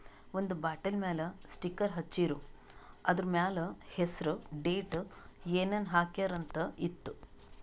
ಒಂದ್ ಬಾಟಲ್ ಮ್ಯಾಲ ಸ್ಟಿಕ್ಕರ್ ಹಚ್ಚಿರು, ಅದುರ್ ಮ್ಯಾಲ ಹೆಸರ್, ಡೇಟ್, ಏನೇನ್ ಹಾಕ್ಯಾರ ಅಂತ್ ಇತ್ತು